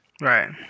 Right